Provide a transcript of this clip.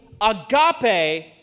agape